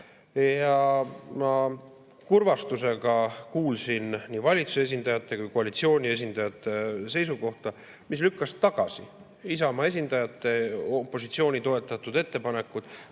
kurvastusega nii valitsuse esindajate kui ka koalitsiooni esindajate seisukohta, mis lükkas tagasi Isamaa esindajate, opositsiooni toetatud ettepanekud,